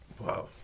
Wow